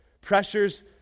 Pressure's